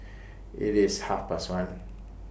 IT IS Half Past one